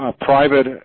private